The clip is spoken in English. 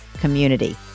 community